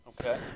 Okay